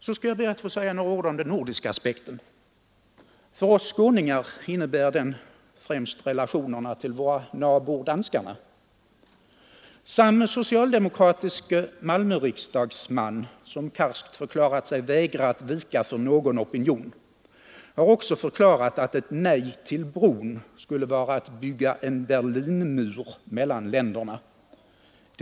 Så skall jag be att få säga några ord om den nordiska aspekten. För oss skåningar innebär den främst relationerna till våra nabor danskarna. Samme socialdemokratiske Malmöriksdagsman, som karskt förklarat sig vägra att vika för någon opinion, har enligt tidningsreferat också förklarat att ett nej till bron skulle vara att bygga en Berlinmur mellan länderna.